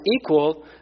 equal